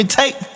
take